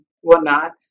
Whatnot